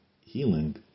healing